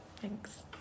Thanks